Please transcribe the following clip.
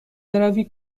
بروی